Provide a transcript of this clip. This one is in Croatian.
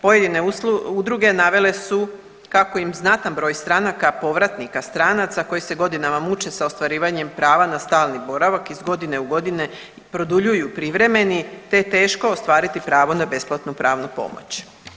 Pojedine udruge navele su kako im znatan broj stranaka, povratnika stranaca, koji se godinama muče sa ostvarivanjem prava na stalni boravak iz godine u godinu produljuju privremeni, te je teško ostvariti pravo na besplatnu pravnu pomoć.